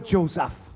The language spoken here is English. Joseph